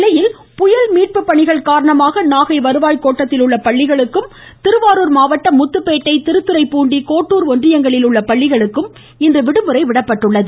இந்நிலையில் புயல் மீட்பு பணிகள் காரணமாக நாகை வருவாய் கோட்டத்தில் உள்ள பள்ளிகளுக்கும் திருவாரூர் மாவட்டம் முத்துப்பேட்டை திருத்துறைப்பூண்டி கோட்டூர் ஒன்றியங்களில் உள்ள பள்ளிகளுக்கும் இன்று விடுமுறை அறிவிக்கப்பட்டுள்ளது